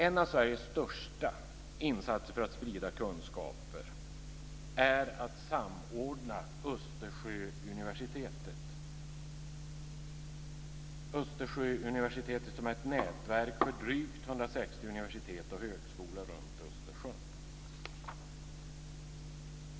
En av Sveriges största insatser för att sprida kunskaper är att samordna Östersjöuniversitetet, som är ett nätverk för drygt 160 universitet och högskolor runt Östersjön.